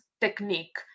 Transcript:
technique